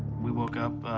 we woke up,